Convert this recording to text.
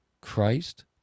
Christ